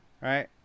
Right